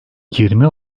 yirmi